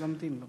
לומדים גם.